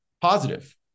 positive